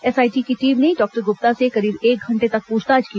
SIT की team ने doctor Gupta से करीब एक घंटे तक पूछताछ की